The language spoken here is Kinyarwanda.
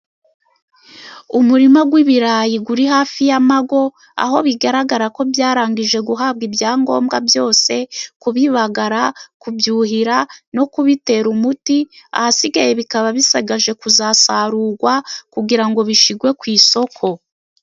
Umurima w'ibirayi uri hafi y'amago aho bigaragarako byarangije guhabwa ibyangombwa byose kubibagara, kubyuhira no kubitera umuti, ahasigaye bikaba bisigaje kuzasarurwa kugira ngo bishyirwe ku isoko.